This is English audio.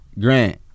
Grant